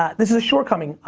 ah this is a shortcoming.